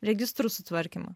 registrų sutvarkymą